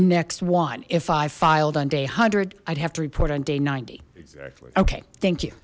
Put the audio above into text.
next one if i filed on day hundred i'd have to report on day ninety okay thank you